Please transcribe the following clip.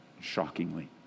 shockingly